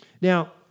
Now